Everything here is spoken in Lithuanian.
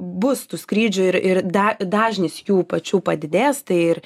bus tų skrydžių ir ir da dažnis jų pačių padidės tai ir